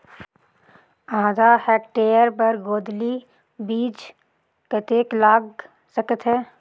आधा हेक्टेयर बर गोंदली बीच कतेक लाग सकथे?